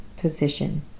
position